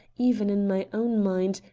even in my own mind,